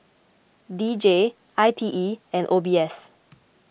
D J I T E and O B S